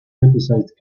criticized